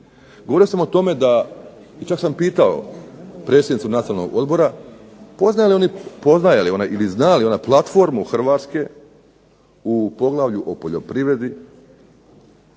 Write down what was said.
govorio sam o tome, čak sam pitao predsjednicu Nacionalnog odbora poznaje li ona, ili zna li ona platformu Hrvatske u poglavlju o poljoprivredi,